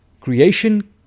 creation